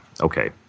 Okay